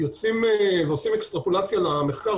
זו עבודה שאתם עושים או שאתם צריכים לעבוד על זה עם משרד הפנים?